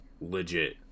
Legit